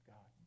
God